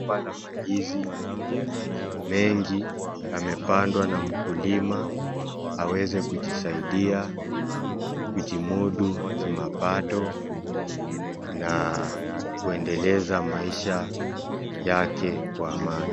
Shamba la mandizi mengi, yamepandwa na mkulima, aweze kujisaidia kujimudu kimapato na kuendeleza maisha yake kwa amani.